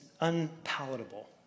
unpalatable